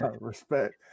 Respect